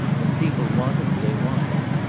when people want him they want him.